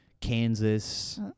Kansas